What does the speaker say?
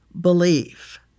Believe